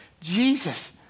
Jesus